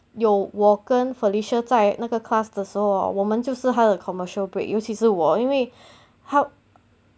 有我跟 felicia 在那个 class 的时候我们就是他们的 commercial break 尤其是我因为他